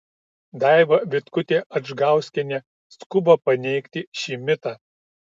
daiva vitkutė adžgauskienė skuba paneigti šį mitą